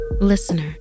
Listener